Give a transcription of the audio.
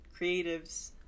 creatives